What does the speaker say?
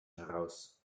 heraus